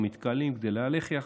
או המתקהלים כדי להלך יחד,